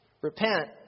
repent